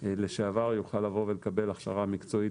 לשעבר יוכל לבוא ולקבל הכשרה מקצועית